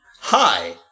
Hi